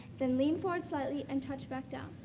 then lead forward slightly and touch back down.